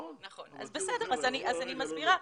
בסדר, אז אני מסבירה.